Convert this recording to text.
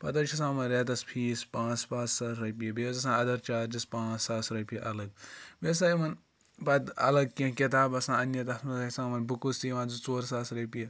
پَتہٕ حظ چھِ آسان یِمَن رٮ۪تَس فیٖس پانٛژھ پانٛژھ ساس رۄپیہِ بیٚیہِ حظ آسان اَدَر چارجِز پانٛژھ ساس رۄپیہِ الگ بیٚیہِ ہَسا یِمَن پَتہٕ الگ کیٚنٛہہ کِتاب آسان اَننہِ تَتھ منٛز آسان یِمَن بُکٕس تہِ یِوان زٕ ژور ساس رۄپیہِ